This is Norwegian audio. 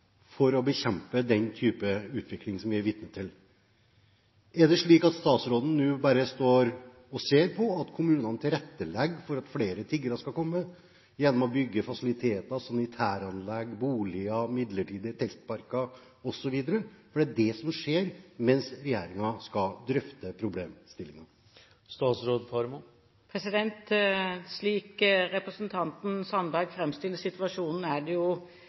for å bekjempe den type utvikling som vi er vitne til. Er det slik at statsråden nå bare står og ser på at kommunene tilrettelegger for at flere tiggere skal komme, gjennom å bygge fasiliteter, sanitæranlegg, boliger, midlertidige teltparker osv.? Det er det som skjer, mens regjeringen skal drøfte problemstillingen. Slik representanten Sandberg framstiller situasjonen, er det jo